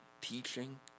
teaching